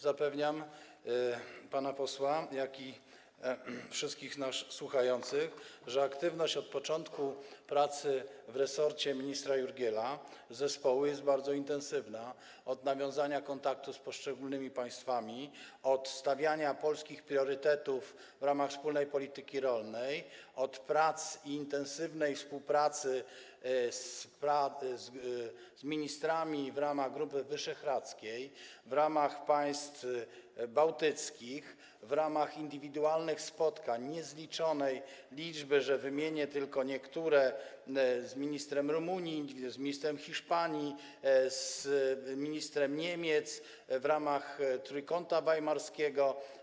Zapewniam pana posła i wszystkich słuchających, że aktywność zespołu od początku prac w resorcie ministra Jurgiela jest bardzo intensywna, od nawiązania kontaktu z poszczególnymi państwami, od stawiania polskich priorytetów w ramach wspólnej polityki rolnej, do prac i intensywnej współpracy z ministrami w ramach Grupy Wyszehradzkiej, w ramach państw bałtyckich, w ramach niezliczonej ilości indywidualnych spotkań - wymienię tylko niektóre z ministrem Rumunii, z ministrem Hiszpanii, z ministrem Niemiec - i w ramach Trójkąta Weimarskiego.